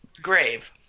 Grave